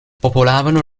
popolavano